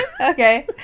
Okay